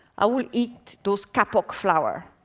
i will eat those kapok flower,